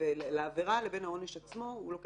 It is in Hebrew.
של העבירה לבין העונש עצמו,